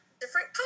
different